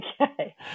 Okay